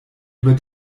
über